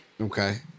Okay